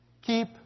keep